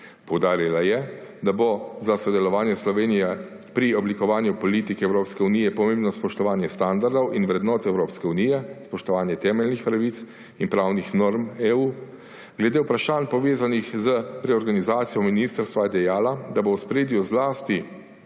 Poudarila je, da bo za sodelovanje Slovenije pri oblikovanju politik Evropske unije pomembno spoštovanje standardov in vrednot Evropske unije, spoštovanje temeljnih pravic in pravnih norm EU. Glede vprašanj, povezanih z reorganizacijo ministrstva, je dejala, da bo v ospredju zlasti